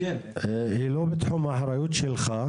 היא לא בתחום האחריות שלך,